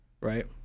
right